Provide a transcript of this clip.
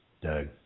Doug